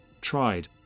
tried